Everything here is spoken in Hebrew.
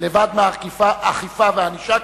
לבד מאכיפה וענישה,